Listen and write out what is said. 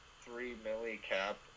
three-milli-cap